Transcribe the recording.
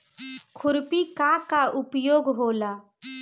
खुरपी का का उपयोग होला?